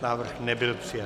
Návrh nebyl přijat.